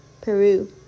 Peru